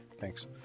Thanks